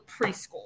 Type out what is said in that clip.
preschool